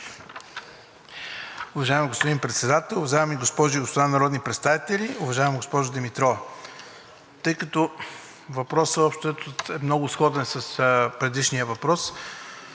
Уважаеми господин Председател, уважаеми госпожи и господа народни представители, уважаема госпожо Димитрова! Тъй като въпросът, общо взето, е много сходен с предишния въпрос,